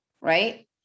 right